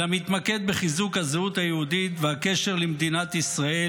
אלא מתמקד בחיזוק הזהות היהודית והקשר למדינת ישראל